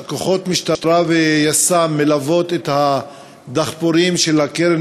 כוחות משטרה ויס"מ מלווים את הדחפורים של הקרן